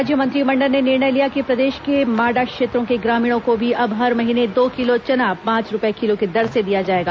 राज्य मंत्रिमंडल ने निर्णय लिया कि प्रदेश के माडा क्षेत्रों के ग्रामीणों को भी अब हर महीने दो किलो चना पांच रूपये किलो की दर से दिया जाएगा